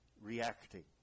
Reacting